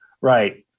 Right